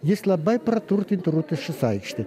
jis labai praturtintų rotušės aikštę